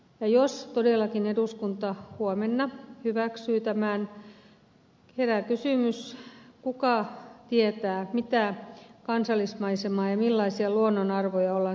ja jos todellakin eduskunta huomenna hyväksyy tämän herää kysymys kuka tietää mitä kansallismaisemaa ja millaisia luonnonarvoja ollaan seuraavaksi tuhoamassa